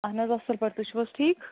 اہن حظ اصٕل پٲٹھۍ تُہۍ چھُو حظ ٹھیٖک